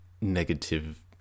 negative